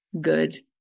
good